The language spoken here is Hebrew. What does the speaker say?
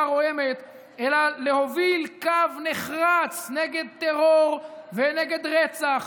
רועמת אלא להוביל קו נחרץ נגד טרור ונגד רצח,